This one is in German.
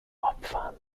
opfern